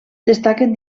destaquen